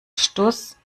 stuss